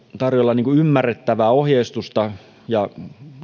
tarjolla ymmärrettävää ohjeistusta ja